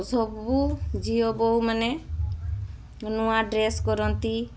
ସବୁ ଝିଅ ବୋହୂମାନେ ନୂଆ ଡ୍ରେସ୍ କରନ୍ତି